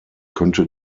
könnte